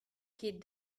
ket